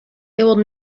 will